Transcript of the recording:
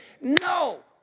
No